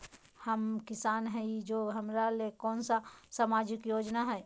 हम किसान हई तो हमरा ले कोन सा सामाजिक योजना है?